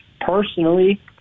Personally